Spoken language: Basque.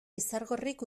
izargorrik